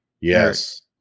Yes